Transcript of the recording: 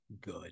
good